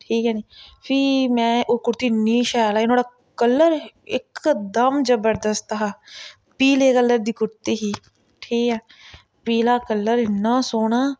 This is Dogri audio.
ठीक ऐ नी फ्ही में ओह् कुर्ती इन्नी शैल आई नुआढ़ा कलर इकदम जबरदस्त हा पीले कलर दी कुर्ती ही ठीक ऐ पीला कलर इन्ना सौह्ना